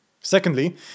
Secondly